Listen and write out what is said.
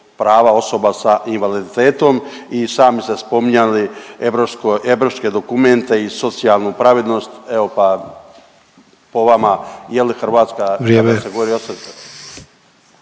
prava osoba sa invaliditetom. I sami ste spominjali europsko, europske dokumente i socijalnu pravednost, evo pa, po vama je li Hrvatska